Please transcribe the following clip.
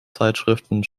zeitschriften